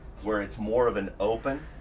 where it's more of an open.